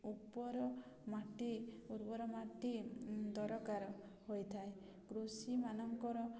ଉପର ମାଟି ଉର୍ବର ମାଟି ଦରକାର ହୋଇଥାଏ କୃଷିମାନଙ୍କର